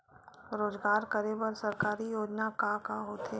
रोजगार करे बर सरकारी योजना का का होथे?